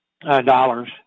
dollars